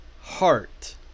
heart